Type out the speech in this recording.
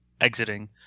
exiting